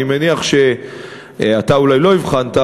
אני חושב שאתה אולי לא הבחנת,